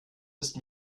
ist